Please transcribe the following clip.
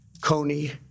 Coney